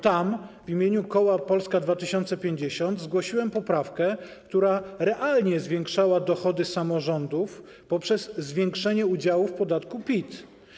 Tam w imieniu koła Polska 2050 zgłosiłem poprawkę, która realnie zwiększała dochody samorządów poprzez zwiększenie udziału w podatku PIT.